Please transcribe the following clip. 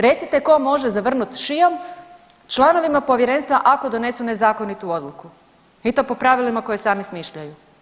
Recite tko može zavrnuti šijom članovima povjerenstva ako donesu nezakonitu odluku i to po pravilima koje sami smišljaju.